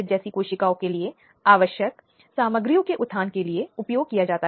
ऐसे मामलों में स्वयं प्रक्रियात्मक कानून के तहत एक सहारा दिया जाता है